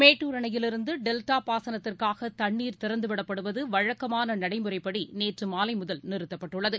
மேட்டூர் அணையிலிருந்துடெல்டாபாசனத்திற்காகதண்ணீர் திறந்துவிடப்படுவதுவழக்கமானநடைமுறைப்படிநேற்றுமாலைமுதல் நிறுத்தப்பட்டுள்ளது